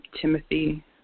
Timothy